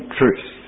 truth